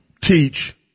teach